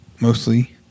mostly